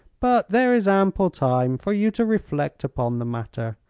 but there is ample time for you to reflect upon the matter.